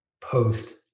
post